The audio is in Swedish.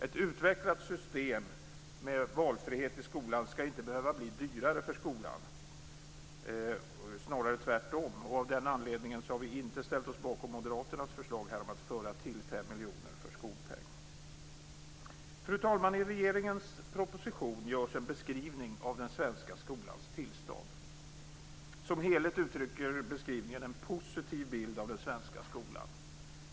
Ett utvecklat system med valfrihet i skolan skall inte behöva bli dyrare för skolan, snarare tvärtom. Av den anledningen har vi inte ställt oss bakom moderaternas förslag om att föra till 50 miljarder för skolpeng. Fru talman! I regeringens proposition görs en beskrivning av den svenska skolans tillstånd. Som helhet uttrycker beskrivningen en positiv bild av den svenska skolan.